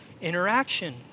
interaction